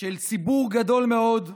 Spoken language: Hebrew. של ציבור גדול מאוד,